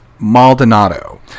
Maldonado